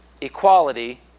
equality